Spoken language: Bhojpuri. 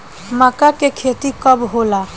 मक्का के खेती कब होला?